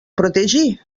protegir